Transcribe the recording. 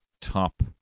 top